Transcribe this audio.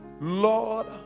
Lord